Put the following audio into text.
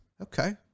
Okay